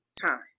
time